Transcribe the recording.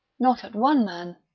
not at one man,